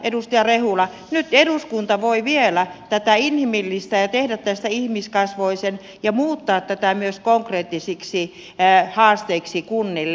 edustaja rehula nyt eduskunta voi vielä tätä inhimillistää ja tehdä tästä ihmiskasvoisen ja muuttaa tätä myös konkreettisiksi haasteiksi kunnille